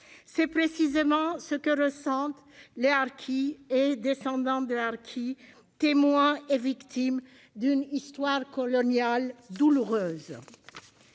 C'est précisément ce que ressentent les harkis et leurs descendants, témoins et victimes d'une histoire coloniale douloureuse.